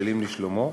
מתפללים לשלומו.